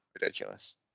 ridiculous